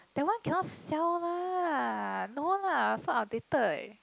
that one cannot sell lah no lah so outdated